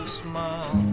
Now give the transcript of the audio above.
smile